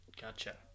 gotcha